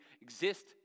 exist